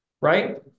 right